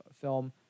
film